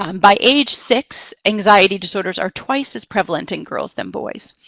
um by age six, anxiety disorders are twice as prevalent in girls than boys.